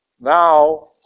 now